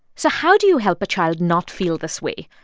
so how do you help a child not feel this way?